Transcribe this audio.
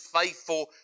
faithful